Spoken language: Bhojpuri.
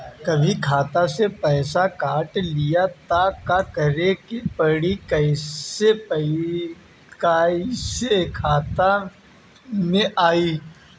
कभी खाता से पैसा काट लि त का करे के पड़ी कि पैसा कईसे खाता मे आई?